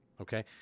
Okay